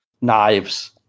knives